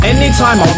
Anytime